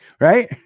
Right